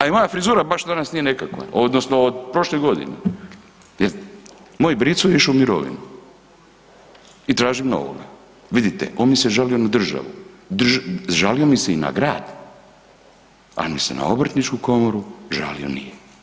A i moja frizura baš danas nije nekakva odnosno od prošle godine jer moj brico je išao u mirovinu i tražim novoga, Vidite, on mi se žalio na državu, žalio mi se i na grad, ali mi se na obrtničku komoru žalio nije.